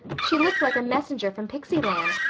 she looked like a messenger from pixy land.